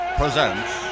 presents